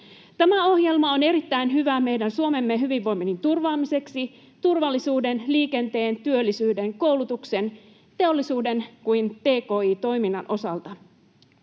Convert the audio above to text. Tämä ohjelma on erittäin hyvä meidän Suomemme hyvinvoinnin turvaamiseksi niin turvallisuuden, liikenteen, työllisyyden, koulutuksen, teollisuuden kuin TKI-toiminnan sekä